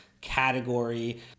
category